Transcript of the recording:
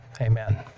Amen